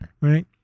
right